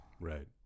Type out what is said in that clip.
Right